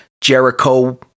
Jericho